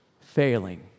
failing